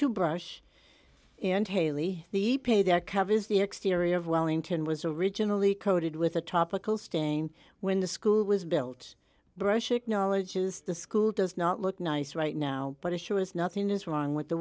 to brush and haley the e p a that covers the exterior of wellington was originally coated with a topical staying when the school was built brush acknowledges the school does not look nice right now but it sure is nothing is wrong with the